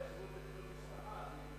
יש גם תכנון המשפחה.